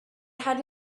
had